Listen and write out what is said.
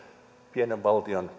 pienen valtion